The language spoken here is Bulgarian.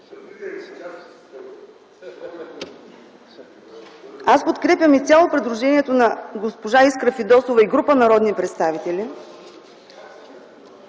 Подкрепям изцяло предложението на госпожа Искра Фидосова и групата народни представители,